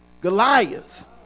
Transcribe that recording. Goliath